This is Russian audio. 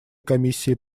комиссии